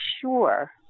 sure